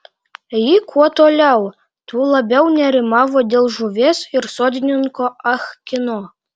ji kuo toliau tuo labiau nerimavo dėl žuvies ir sodininko ah kino